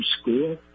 School